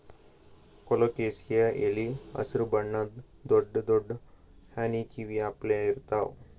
colocasia ಎಲಿ ಹಸ್ರ್ ಬಣ್ಣದ್ ದೊಡ್ಡ್ ದೊಡ್ಡ್ ಆನಿ ಕಿವಿ ಅಪ್ಲೆ ಇರ್ತವ್